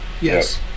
yes